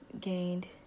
gained